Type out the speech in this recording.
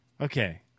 Okay